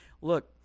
look